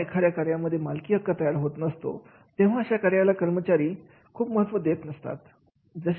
जेव्हा एखाद्या कार्यामध्ये मालकीहक्क तयार होत नसतो तेव्हा अशा कार्याला कर्मचारी खूप महत्व देत नसतात